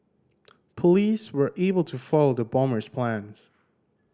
police were able to foil the bomber's plans